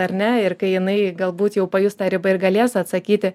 ar ne ir kai jinai galbūt jau pajus tą ribą ir galės atsakyti